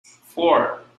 four